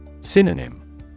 Synonym